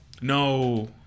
No